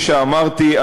כפי שאמרתי,